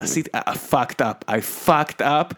עשיתי... I fucked up. I fucked up.